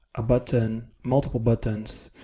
a button, multiple buttons,